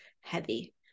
heavy